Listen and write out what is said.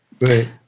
Right